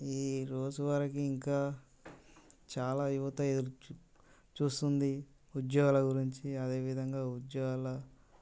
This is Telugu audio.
ఈ రోజు వరకు ఇంకా చాలా యువత ఎ చూస్తుంది ఉద్యోగాల గురించి అదే విధంగా ఉద్యోగాలు